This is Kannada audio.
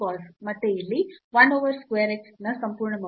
ಮತ್ತೆ ಇಲ್ಲಿ 1ಓವರ್ square x ನ ಸಂಪೂರ್ಣ ಮೌಲ್ಯ